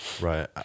Right